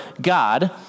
God